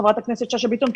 חברת הכנסת שאשא ביטון,